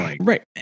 Right